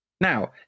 Now